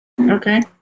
Okay